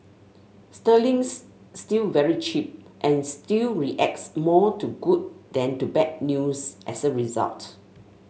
Sterling's still very cheap and still reacts more to good than to bad news as a result